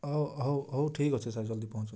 ହଉ ହଉ ଠିକ ଅଛି ସାର୍ ଜଲଦି ପହଞ୍ଚନ୍ତୁ